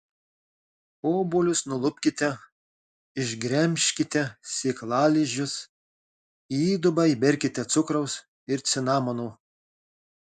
obuolius nulupkite išgremžkite sėklalizdžius į įdubą įberkite cukraus ir cinamono